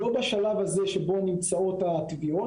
לא בשלב הזה שבו נמצאות התביעות,